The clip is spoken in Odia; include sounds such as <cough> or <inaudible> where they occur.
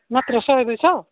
<unintelligible>